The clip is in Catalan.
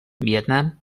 vietnam